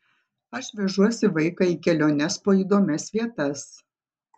aš vežuosi vaiką į keliones po įdomias vietas